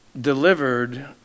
delivered